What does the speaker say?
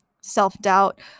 self-doubt